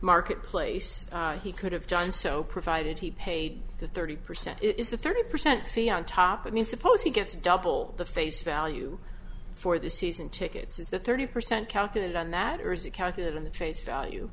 marketplace he could have done so provided he paid the thirty percent is a thirty percent fee on top mean suppose he gets double the face value for the season tickets is that thirty percent calculated on that or is it calculated in the face value